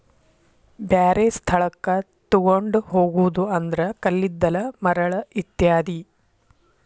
ಬ್ಯಾರೆ ಸ್ಥಳಕ್ಕ ತುಗೊಂಡ ಹೊಗುದು ಅಂದ್ರ ಕಲ್ಲಿದ್ದಲ, ಮರಳ ಇತ್ಯಾದಿ